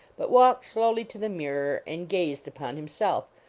but walked slowly to the mirror and gazed upon himself,